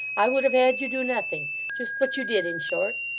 i would have had you do nothing just what you did, in short.